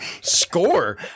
Score